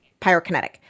pyrokinetic